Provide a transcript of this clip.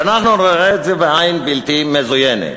שאנחנו נראה את זה בעין בלתי מזוינת?